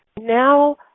Now